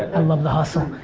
i love the hustle.